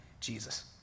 Jesus